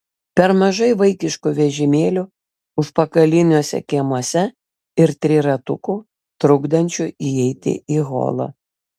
per mažai vaikiškų vežimėlių užpakaliniuose kiemuose ir triratukų trukdančių įeiti į holą